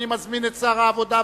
אני מזמין את שר הרווחה,